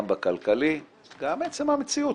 גם בכלכלי וגם בעצם במציאות,